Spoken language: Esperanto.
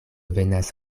venas